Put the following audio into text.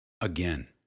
Again